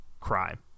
crime